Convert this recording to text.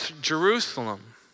Jerusalem